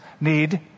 need